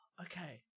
okay